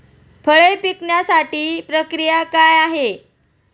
फळे पिकण्याची प्रक्रिया काय आहे?